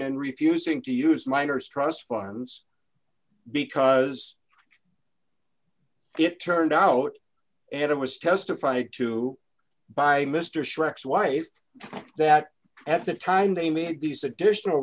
in refusing to use minors trust funds because it turned out and it was testified to by mr shrek's wife that at the time they made these additional